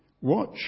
Watch